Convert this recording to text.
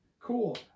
cool